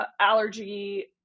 allergy